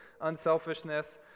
unselfishness